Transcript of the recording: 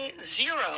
zero